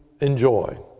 enjoy